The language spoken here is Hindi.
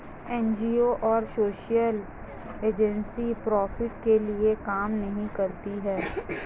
एन.जी.ओ और सोशल एजेंसी प्रॉफिट के लिए काम नहीं करती है